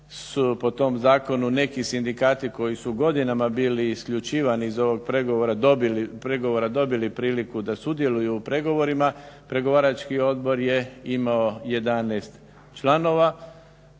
po tom zakonu neki sindikati koji su godinama bili isključivani iz ovog pregovora dobili priliku da sudjeluju u pregovorima, pregovarački odbor je imao 11 članova